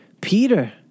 Peter